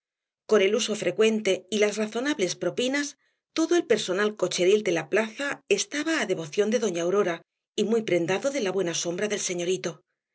con el uso frecuente y las razonables propinas todo el personal cocheril de la plaza estaba á devoción de doña aurora y muy prendado de la buena sombra del señorito